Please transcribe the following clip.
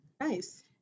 Nice